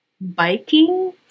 biking